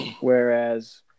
whereas